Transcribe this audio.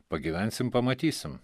pagyvensim pamatysim